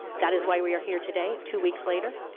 that is why we are here today, two weeks later.